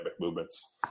movements